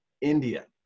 India